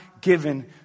given